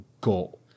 goal